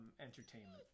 entertainment